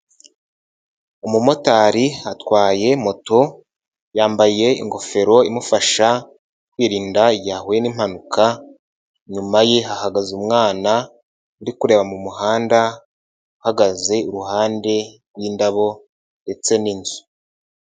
Umumotari atwaye moto, yambaye ingofero imufasha kwirinda yahuye n nimpanuka, inyuma ye hagaze umwana uri kureba mu muhanda, uhagaze iruhande rw'indabo ndetse n'inzu.